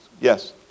Yes